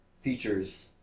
features